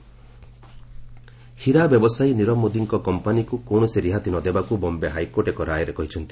ଏସ୍ନି ନିରବ ମୋଦି ହୀରା ବ୍ୟବସାୟୀ ନିରବ ମୋଦିଙ୍କ କମ୍ପାନୀକୁ କୌଣସି ରିହାତି ନ ଦେବାକ୍ ବମ୍ଭେ ହାଇକୋର୍ଟ ଏକ ରାୟରେ କହିଛନ୍ତି